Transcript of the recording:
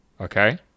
Okay